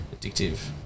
addictive